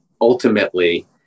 ultimately